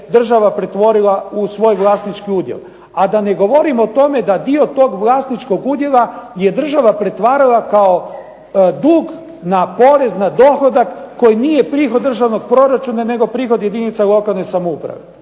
država pretvorila u svoj vlasnički udjel. A da ne govorim o tome da dio tog vlasničkog udjela je država pretvarala kao dug na porez na dohodak koji nije prihod državnog proračuna, nego prihod jedinica lokalne samouprave.